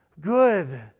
good